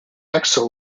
axel